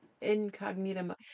incognito